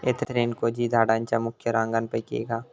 anthracnose ही झाडांच्या मुख्य रोगांपैकी एक हा